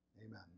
amen